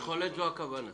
בכל עת - זו הכוונה.